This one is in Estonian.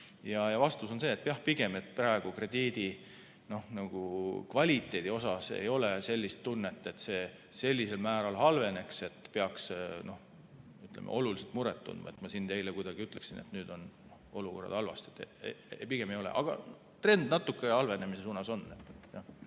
Vastus on, et jah, pigem praegu krediidikvaliteedi puhul ei ole sellist tunnet, et see sellisel määral halveneks, et peaks oluliselt muret tundma ja et ma siin teile kuidagi ütleksin, et nüüd on olukord halb. Pigem ei ole. Aga trend natuke halvenemise suunas on.